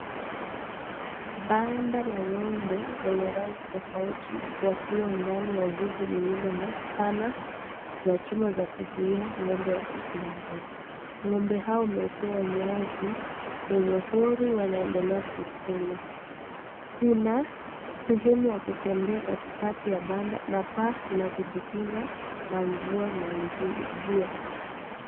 Banda la ng'ombe wenye rangi tofauti wakiwa ndani ya zizi lililo na spana za chuma za kuzuia ng'ombe watoke nje, ng'ombe hao wamewekewa nyasi wenye huri wanaendelea kukula, kuna sehemu ya kutembea katikati ya banda na paa la kujikinga na mvua na jua.